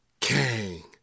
Kang